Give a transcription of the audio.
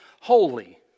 holy